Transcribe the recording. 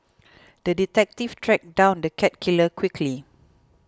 the detective tracked down the cat killer quickly